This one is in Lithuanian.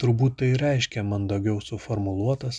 turbūt tai reiškia mandaugiau suformuluotas